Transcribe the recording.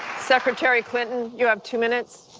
secretary clinton, you have two minutes.